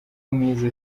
mwiza